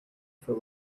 for